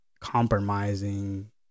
compromising